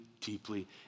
deeply